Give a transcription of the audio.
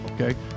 okay